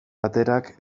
baterak